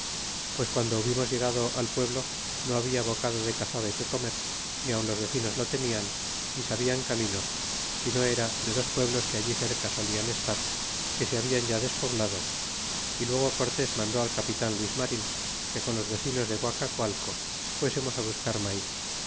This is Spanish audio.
pues guando hubimos llegado alpueblo no habia bocado de cazabe que comer ni aun los vecinos lo tenian ni sabian caminos sino era de dos pueblos que allí cerca solian estar que se hablan ya despoblado y luego cortés mandó al capitan luis mario que con los vecinos de guacacualco fuesemos buscar maiz